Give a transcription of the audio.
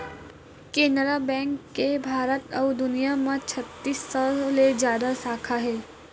Canara bank के भारत अउ दुनिया म छत्तीस सौ ले जादा साखा हे